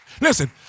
Listen